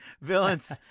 villains